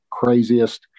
Craziest